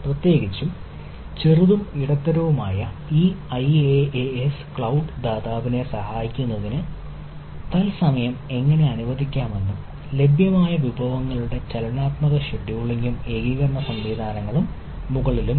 പ്രത്യേകിച്ചും ചെറുതും ഇടത്തരവുമായ ഈ IaaS ക്ലൌഡ് ദാതാവിനെ സഹായിക്കുന്നതിന് തത്സമയം എങ്ങനെ അനുവദിക്കാമെന്നും ലഭ്യമായ വിഭവങ്ങളുടെ ചലനാത്മക ഷെഡ്യൂളിംഗും ഏകീകരണ സംവിധാനങ്ങളും മുകളിലുമുണ്ട്